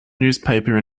newspaper